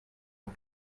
ont